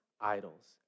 idols